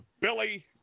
Billy